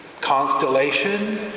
constellation